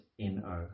N-O